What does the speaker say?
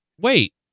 Wait